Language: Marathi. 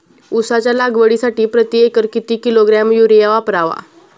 उसाच्या लागवडीसाठी प्रति एकर किती किलोग्रॅम युरिया वापरावा?